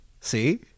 See